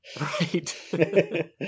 right